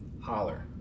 Holler